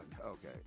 okay